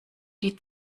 die